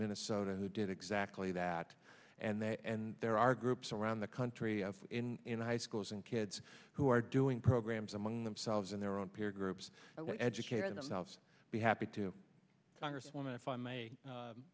minnesota who did exactly that and there are groups around the country of in in high schools and kids who are doing programs among themselves and their own peer groups educator themselves be happy to congresswoman if i may